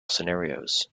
scenarios